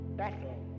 battle